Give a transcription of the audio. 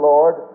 Lord